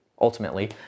ultimately